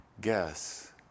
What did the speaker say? Guess